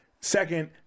Second